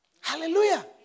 Hallelujah